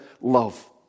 love